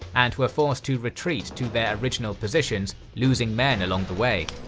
and were forced to retreat to their original positions, losing men along the way.